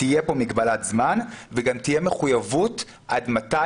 תהיה פה מגבלת זמן וגם תהיה מחויבות עד מתי